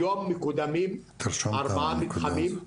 היום מקודמים ארבעה מתחמים,